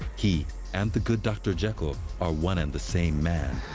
he and the good dr. jekyll are one and the same man.